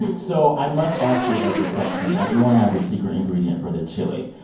so i must ask you as a texan, everyone has a secret ingredient for their chili,